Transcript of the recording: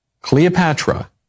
Cleopatra